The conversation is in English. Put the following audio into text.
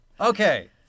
Okay